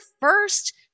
first